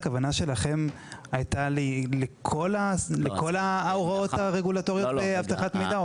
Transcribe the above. הכוונה שלכם הייתה לכל ההוראות הרגולטוריות באבטחת מידע,